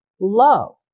love